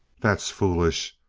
that's foolish.